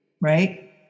right